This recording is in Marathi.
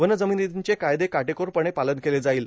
वन जमिनींचे कायदे काटेकोर पालन केलं जाईल